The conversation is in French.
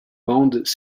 bandes